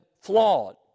flawed